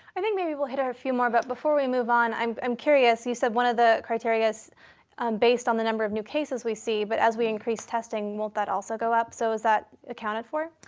i think maybe we'll hit a few more, but before we move on, i'm i'm curious, you said one of the criteria is based on the number of new cases we see, but as we increase testing, won't that also go up? so is that accounted for?